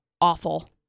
awful